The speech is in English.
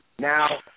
Now